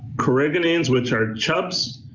coregonines which are chubs,